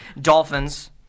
Dolphins